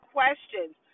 questions